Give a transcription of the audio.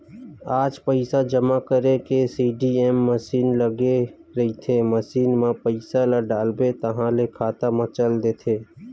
आज पइसा जमा करे के सीडीएम मसीन लगे रहिथे, मसीन म पइसा ल डालबे ताहाँले खाता म चल देथे